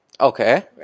Okay